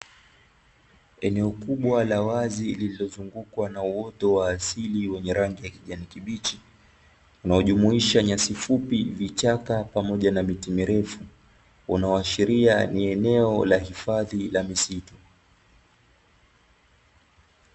Eneo kubwa la wazi lililozungukwa na uoto wa asili, wenye rangi ya kijani kibichi, unaojumuisha nyasi fupi, vichaka pamoja na miti mirefu unaoashiria ni eneo la hifadhi la misitu.